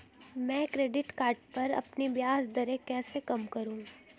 मैं credit card पर अपनी ब्याज दरें कैसे कम करूँ?